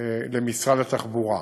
למשרד התחבורה.